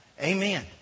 Amen